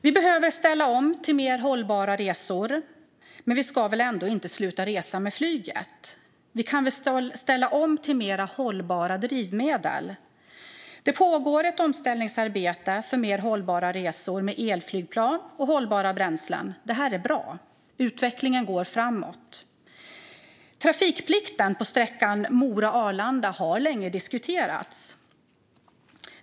Vi behöver ställa om till mer hållbara resor, men vi ska väl ändå inte sluta resa med flyget? Vi kan väl ställa om till mer hållbara drivmedel? Det pågår ett omställningsarbete för mer hållbara resor med elflygplan och hållbara bränslen. Det är bra. Utvecklingen går framåt. Trafikplikten på sträckan Mora-Arlanda har länge diskuterats.